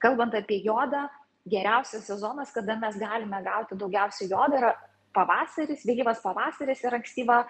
kalbant apie jodą geriausias sezonas kada mes galime gauti daugiausiai jodo yra pavasaris vėlyvas pavasaris ir ankstyva